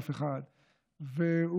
הם